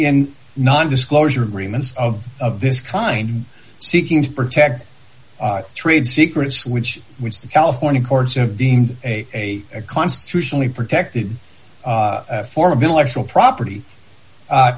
in non disclosure agreements of this kind seeking to protect trade secrets which which the california courts have deemed a constitutionally protected form of intellectual property